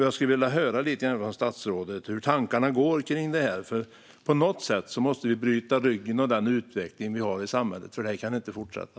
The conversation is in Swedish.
Jag skulle vilja höra lite från statsrådet hur tankarna går kring detta. På något sätt måste vi bryta ryggen av den utveckling vi har i samhället, för det här kan inte fortsätta.